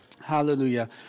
Hallelujah